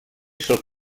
sol